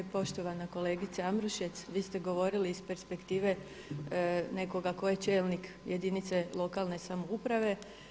Poštovana kolegice Ambrušec, vi ste govorili iz perspektive nekoga tko je čelnik jedinice lokalne samouprave.